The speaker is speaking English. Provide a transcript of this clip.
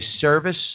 service